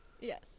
Yes